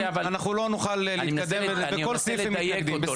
לא נוכל להתקדם ובכל סעיף הם יתנגדו.